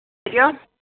हरिः ओम्